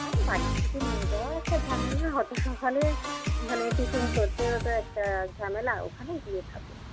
আর বাড়ির থেকে নিয়ে যাওয়া একটা ঝামেলা অত সকালে মানে টিফিন করতেও তো একটা ঝামেলা ওখানে গিয়ে খাব